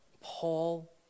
Paul